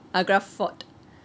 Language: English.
agra fort